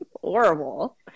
Horrible